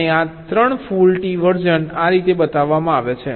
અને આ 3 faulty version આ રીતે બતાવવામાં આવી છે